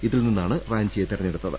ഇതിൽ നിന്നാണ് റാഞ്ചിയെ തെരഞ്ഞെടുത്തത്